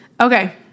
Okay